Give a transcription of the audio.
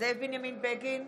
זאב בנימין בגין,